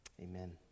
Amen